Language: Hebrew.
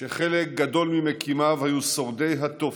וחלק גדול ממקימיו היו שורדי התופת,